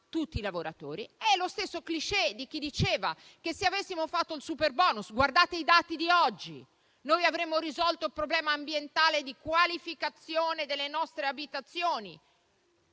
tutti i lavoratori. È lo stesso *cliché* di chi diceva che, se avessimo fatto il superbonus, avremmo risolto il problema ambientale di qualificazione delle nostre abitazioni,